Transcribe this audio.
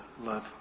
love